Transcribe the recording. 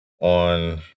on